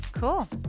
Cool